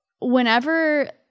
whenever